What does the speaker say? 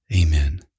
Amen